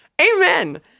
amen